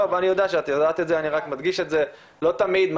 לא תמיד,